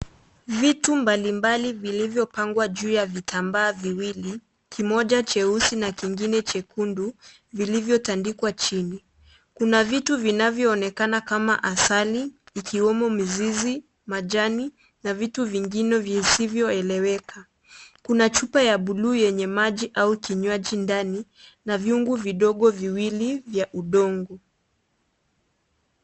Vitu mbalimbali vilivyopangwa juu ya vitambaa viwili, kimoja cheusi na kingine chekundu, vilivyotandikwa chini. Kuna vitu vinavyoonekana kama asali ikiwemo mizizi, majani na vitu vingine visivyoeleweka. Kuna chupa ya buluu yenye maji au kinywaji ndani na vyungu vidogo viwili vya udongo.